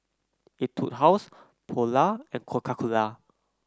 Etude House Polar and Coca Cola